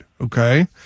Okay